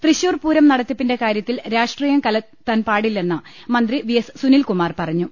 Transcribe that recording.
തൃശൂർ പൂരം നടത്തിപ്പിന്റെ കാര്യത്തിൽ രാഷ്ട്രീയം കലർത്താൻ പാടില്ലെന്ന് മന്ത്രി വി എസ് സുനിൽകുമാർ പറഞ്ഞു